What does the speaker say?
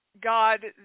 God